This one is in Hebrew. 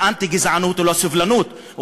לאנטי-גזענות או לסובלנות.